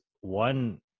one